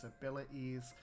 abilities